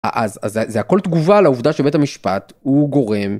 אז זה הכל תגובה לעובדה שבית המשפט הוא גורם